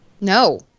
No